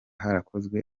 harakozwe